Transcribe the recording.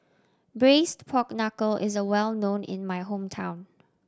Braised Pork Knuckle is well known in my hometown